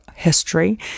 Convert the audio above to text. History